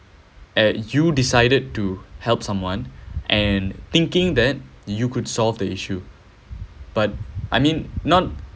at you decided to help someone and thinking that you could solve the issue but I mean not